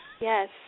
Yes